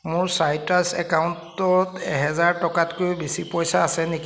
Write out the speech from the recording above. মোৰ চাইট্ৰাছৰ একাউণ্টত এহেজাৰ টকাতকৈ বেছি পইচা আছে নেকি